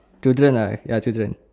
children uh ya children